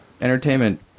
entertainment